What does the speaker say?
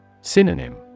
Synonym